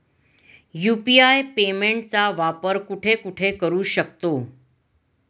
UPI पेमेंटचा वापर कुठे कुठे करू शकतो?